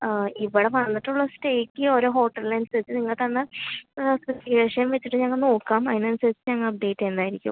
ആ ഇവിടെ വന്നിട്ടുള്ള സ്റ്റേയ്ക്ക് ഓരോ ഹോട്ടലിന് അനുസരിച്ച് നിങ്ങൾ തന്ന ആ സ്പെസിഫിക്കേഷൻ വെച്ചിട്ട് ഞങ്ങൾ നോക്കാം അതിന് അനുസരിച്ച് ഞങ്ങൾ അപ്ഡേറ്റ് ചെയ്യുന്നത് ആയിരിക്കും